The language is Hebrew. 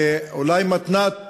ואולי מתנת